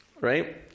right